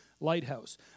Lighthouse